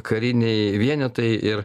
kariniai vienetai ir